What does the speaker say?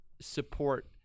support